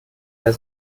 mehr